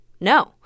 no